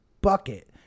bucket